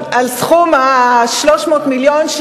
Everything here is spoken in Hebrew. על 300 מיליון,